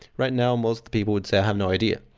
right now, most people would say, i have no idea.